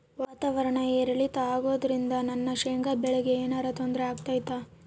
ವಾತಾವರಣ ಏರಿಳಿತ ಅಗೋದ್ರಿಂದ ನನ್ನ ಶೇಂಗಾ ಬೆಳೆಗೆ ಏನರ ತೊಂದ್ರೆ ಆಗ್ತೈತಾ?